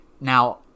Now